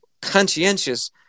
conscientious